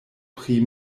pri